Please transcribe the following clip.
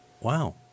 wow